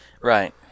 Right